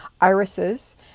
irises